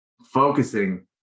Focusing